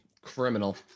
criminal